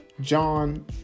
John